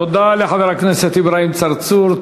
תודה לחבר הכנסת אברהים צרצור.